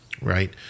right